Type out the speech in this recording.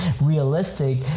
realistic